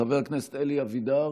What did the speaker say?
חבר הכנסת אלי אבידר,